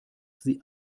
sie